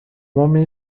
homem